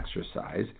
exercise